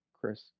Chris